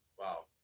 wow